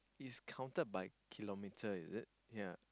is counted by kilometer is it yea